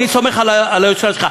אני סומך על היושרה שלך,